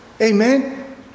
Amen